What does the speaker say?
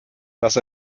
dass